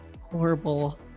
horrible